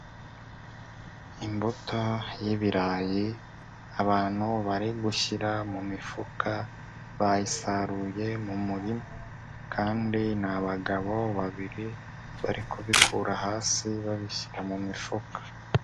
Imbuto y'ibirayi abantu bari gushyira mu mifuka, bayisaruye mu murima kandi ni abagabo babiri bari kubikura hasi babishyira mu mifuka.